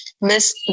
Miss